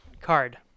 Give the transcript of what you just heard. Card